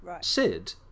Sid